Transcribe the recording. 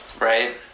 Right